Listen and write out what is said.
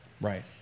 Right